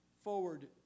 forward